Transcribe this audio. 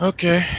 Okay